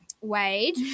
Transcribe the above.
Wade